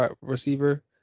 receiver